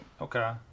Okay